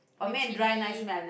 with chili